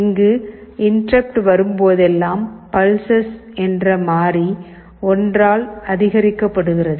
இங்கு இன்டெர்ருப்ட் வரும்போதெல்லாம் பல்ஸ்ஸஸ் என்ற மாறி 1 ஆல் அதிகரிக்கப்படுகிறது